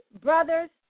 brothers